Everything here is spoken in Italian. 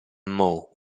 meaux